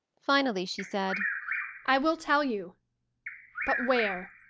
finally she said i will tell you but where,